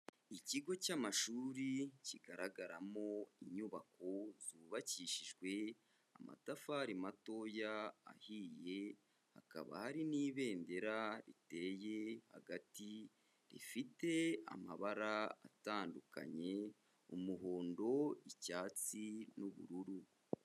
Ikigo cy'amashuri kigaragaramo inyubako zubakishijwe amatafari matoya ahiye, hakaba hari n'ibendera riteye hagati rifite amabara atandukanye umuhondo, icyatsi n'ubururu.